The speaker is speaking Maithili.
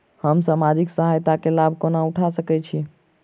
हम सामाजिक सहायता केँ लाभ कोना उठा सकै छी?